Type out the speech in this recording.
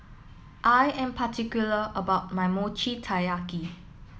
I am particular about my Mochi Taiyaki